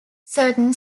certain